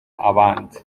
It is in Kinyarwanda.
abandi